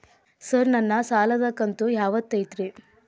Sir ನನ್ನ ಸಾಲದ ಕಂತು ಯಾವತ್ತೂ ಐತ್ರಿ?